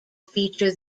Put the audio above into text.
feature